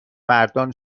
مردان